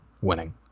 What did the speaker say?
winning